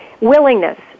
Willingness